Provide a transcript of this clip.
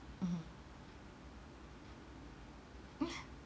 mmhmm